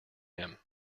him